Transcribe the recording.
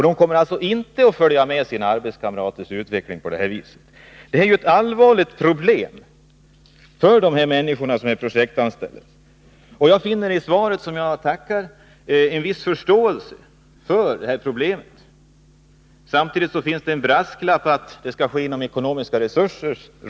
De kommer alltså inte att följa med i den utveckling som sker för deras arbetskamrater. Detta är ett allvarligt problem för de människor som är projektanställda. Jag finner i svaret, som jag tackar för, en viss förståelse när det gäller detta problem. Samtidigt finns det där en brasklapp, att en översyn skall ske inom ramen för ekonomiska resurser.